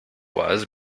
was